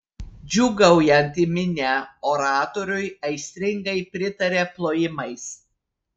džiūgaujanti minia oratoriui aistringai pritarė plojimais